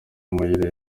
amayira